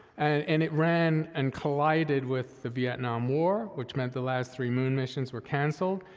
and it ran and collided with the vietnam war, which meant the last three moon missions were canceled.